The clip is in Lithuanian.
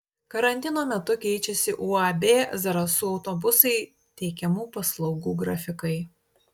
karantino metu keičiasi uab zarasų autobusai teikiamų paslaugų grafikai